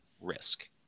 risk